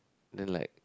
then like